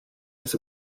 his